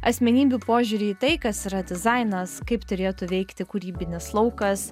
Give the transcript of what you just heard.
asmenybių požiūrį į tai kas yra dizainas kaip turėtų veikti kūrybinis laukas